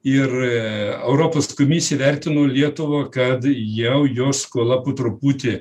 ir europos komisija įvertino lietuvą kad jau jos skola po truputį